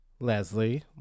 Leslie